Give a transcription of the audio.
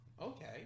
okay